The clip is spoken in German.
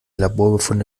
laborbefunde